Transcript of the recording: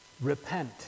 repent